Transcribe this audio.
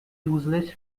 useless